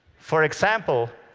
for example,